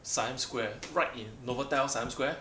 siam square right in novotel siam square